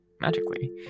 magically